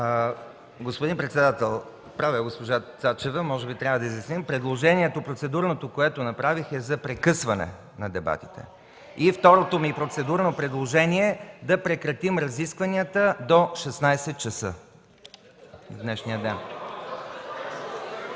Господин председател, права е госпожа Цачева, може би трябва да изясним. Процедурното предложение, което направих, е за прекъсване на дебатите. Второто ми процедурно предложение е да прекратим разискванията до 16,00 ч. в днешния ден.